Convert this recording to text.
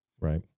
right